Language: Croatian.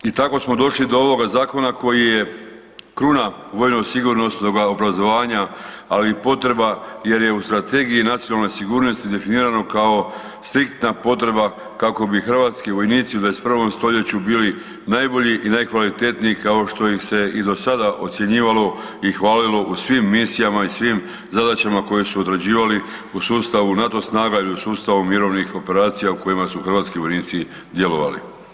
I tako smo došli do ovoga zakona koji je kruna vojno sigurnosnog obrazovanja, ali i potreba jer je u Strategiji nacionalne sigurnosti definirano kao striktna potreba kako bi hrvatski vojnici u 21. stoljeću bili najbolji i najkvalitetniji kao što ih se i do sada ocjenjivalo i hvalilo u svim misijama i svim zadaćama koje su odrađivali u sustavu NATO snaga ili u sustavu mirovnih operacija u kojima su hrvatski vojnici djelovali.